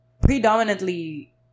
predominantly